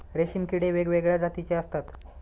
रेशीम किडे वेगवेगळ्या जातीचे असतात